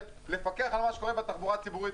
לפקח על מה שקורה בתחבורה הציבורית,